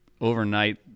overnight